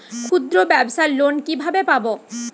ক্ষুদ্রব্যাবসার লোন কিভাবে পাব?